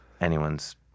anyone's